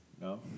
No